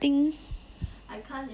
um